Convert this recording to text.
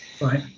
Right